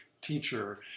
teacher